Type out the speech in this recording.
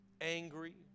angry